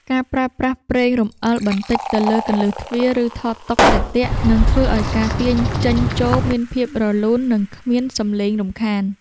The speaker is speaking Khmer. ការប្រើប្រាស់ប្រេងរំអិលបន្តិចទៅលើគន្លឹះទ្វារ ឬថតតុដែលទាក់ នឹងធ្វើឱ្យការទាញចេញចូលមានភាពរលូន និងគ្មានសំឡេងរំខាន។